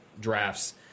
drafts